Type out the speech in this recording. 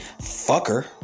fucker